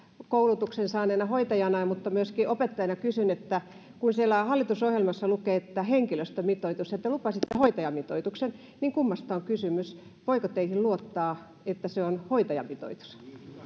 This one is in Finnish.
koulutuksen saaneena hoitajana mutta myöskin opettajana kysyn että kun siellä hallitusohjelmassa lukee henkilöstömitoitus ja te lupasitte hoitajamitoituksen niin kummasta on kysymys voiko teihin luottaa että se on hoitajamitoitus